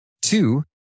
Two